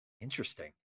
Interesting